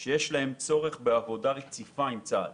שיש להן צורך בעבודה רציפה עם צה"ל.